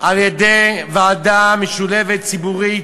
על-ידי ועדה משולבת ציבורית,